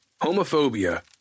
homophobia